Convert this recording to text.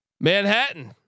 Manhattan